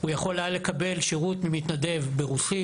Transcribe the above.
הוא יכול היה לקבל שירות ממתנדב - ברוסית